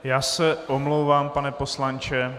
Já se omlouvám, pane poslanče.